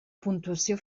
puntuació